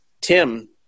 Tim